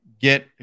get